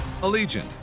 Allegiant